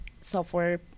software